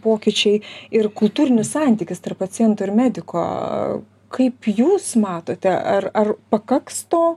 pokyčiai ir kultūrinis santykis tarp pacientų ir mediko kaip jūs matote ar ar pakaks to